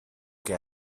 che